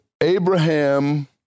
Abraham